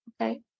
Okay